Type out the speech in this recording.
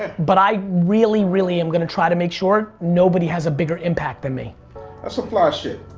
but i really, really, am gonna try to make sure nobody has a bigger impact than me. that's some fly shit.